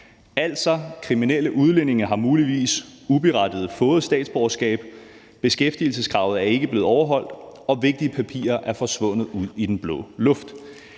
Altså har kriminelle udlændinge muligvis uberettiget fået statsborgerskab, beskæftigelseskravet er ikke blevet overholdt, og vigtige papirer er forsvundet ud i den blå luft.